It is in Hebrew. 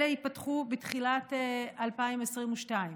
אלה ייפתחו בתחילת 2022,